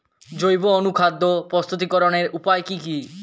জৈব অনুখাদ্য প্রস্তুতিকরনের উপায় কী কী?